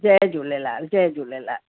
जय झूलेलाल जय झूलेलाल